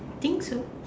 I think so